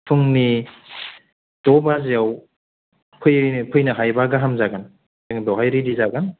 फुंनि द' बाजियाव फै फैनो हायोबा गाहाम जागोन जों बावहाय रेदि जागोन